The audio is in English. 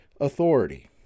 authority